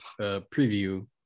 preview